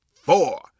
four